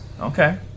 Okay